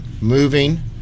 moving